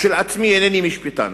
כשלעצמי, איני משפטן,